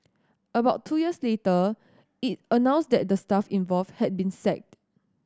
about two years later it announced that the staff involved had been sacked